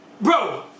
bro